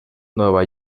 nueva